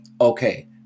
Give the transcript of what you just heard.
Okay